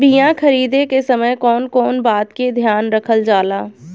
बीया खरीदे के समय कौन कौन बात के ध्यान रखल जाला?